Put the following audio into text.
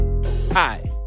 Hi